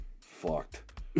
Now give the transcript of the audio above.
fucked